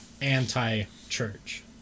anti-church